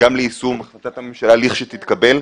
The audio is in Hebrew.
גם ליישום החלטת הממשלה לכשתתקבל.